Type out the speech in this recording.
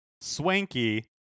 Swanky